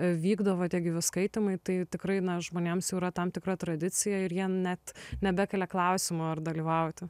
vykdavo tie gyvi skaitymai tai tikrai na žmonėms jau yra tam tikra tradicija ir jie net nebekelia klausimo ar dalyvauti